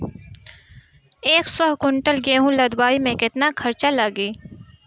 एक सौ कुंटल गेहूं लदवाई में केतना खर्चा लागी?